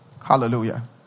Hallelujah